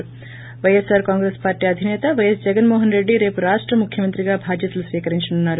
థి YSR Congress party అధినేత YS Jaganmohan Reddy రేపు రాష్ట ముఖ్యమంత్రిగా భాద్యతలు స్వీకరించనున్నారు